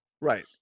right